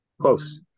Close